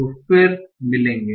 तो फिर मिलेंगे